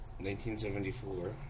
1974